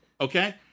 Okay